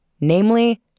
Namely